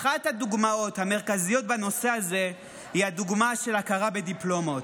אחת הדוגמאות המרכזיות בנושא הזה היא הדוגמה של ההכרה בדיפלומות.